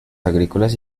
agrícolas